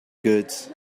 goods